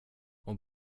och